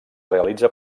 realitza